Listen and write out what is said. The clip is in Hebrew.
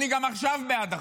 אני גם עכשיו בעד אחדות,